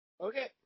Okay